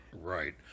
right